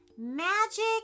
magic